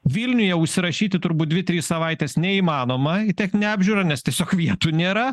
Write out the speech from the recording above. vilniuje užsirašyti turbūt dvi trys savaitės neįmanoma į techninę apžiūrą nes tiesiog vietų nėra